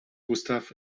gustav